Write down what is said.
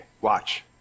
watch